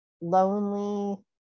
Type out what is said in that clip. lonely